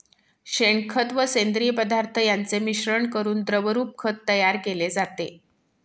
शेणखत व सेंद्रिय पदार्थ यांचे मिश्रण करून द्रवरूप खत तयार केले जाते